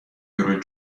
یورو